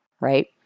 Right